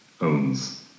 owns